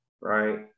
right